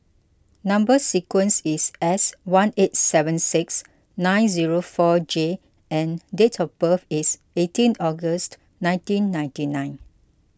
Number Sequence is S one eight seven six nine zero four J and date of birth is eighteen August nineteen ninety nine